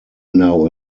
now